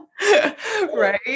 Right